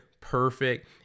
Perfect